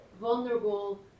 vulnerable